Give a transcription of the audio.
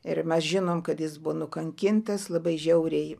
ir mes žinom kad jis buvo nukankintas labai žiauriai